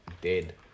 dead